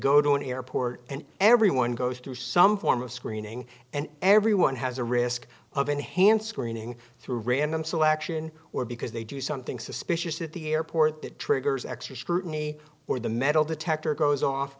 go to an airport and everyone goes through some form of screening and everyone has a risk of enhanced screening through random selection or because they do something suspicious at the airport that triggers extra scrutiny where the metal detector goes off